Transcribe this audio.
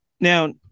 Now